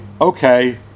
okay